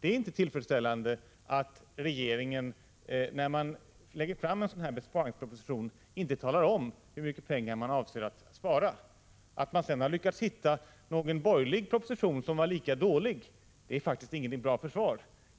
Det är inte tillfredsställande att regeringen, när den lägger fram en besparingsproposition, inte talar om hur mycket pengar man avser att spara. Att man sedan lyckats hitta en borgerlig proposition som var lika dålig är faktiskt inget bra försvar.